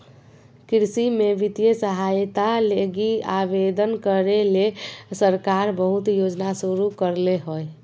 कृषि में वित्तीय सहायता लगी आवेदन करे ले सरकार बहुत योजना शुरू करले हइ